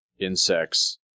insects